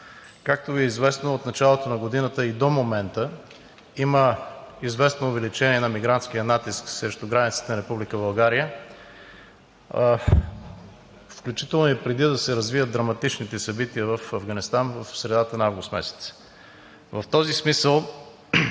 Както Ви е известно, от началото на годината и до момента има известно увеличение на мигрантския натиск срещу границите на Република България, включително и преди да се развият драматичните събития в Афганистан в средата на месец